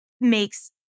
makes